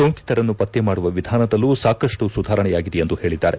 ಸೋಂಕಿತರನ್ನು ಪತ್ತೆ ಮಾಡುವ ವಿಧಾನದಲ್ಲೂ ಸಾಕಷ್ಟು ಸುಧಾರಣೆಯಾಗಿದೆ ಎಂದು ಹೇಳಿದ್ದಾರೆ